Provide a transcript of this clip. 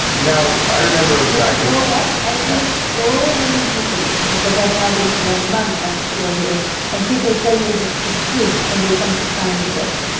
now, i remember but you know what? i hear so many people because i've now been for a month on tour here and people tell me the truth when they come to sign the book.